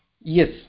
Yes